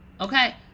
okay